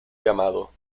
llamado